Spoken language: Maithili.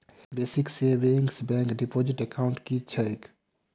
Basic savings bank deposit account की छैक?